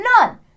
None